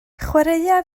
chwaraea